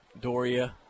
doria